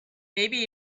maybe